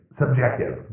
subjective